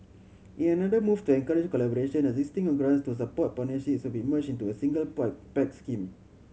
in another move to encourage collaboration existing grants to support will be merged into a single Pact scheme